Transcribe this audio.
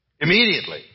immediately